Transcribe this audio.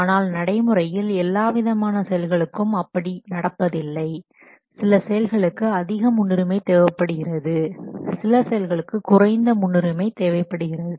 ஆனால் நடைமுறையில் எல்லாவிதமான செயல்களுக்கும் அப்படி நடப்பதில்லை சில செயல்களுக்கு அதிக முன்னுரிமை தேவைப்படுகிறது சில செயல்களுக்கு குறைந்த முன்னுரிமை தேவைப்படுகிறது